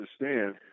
understand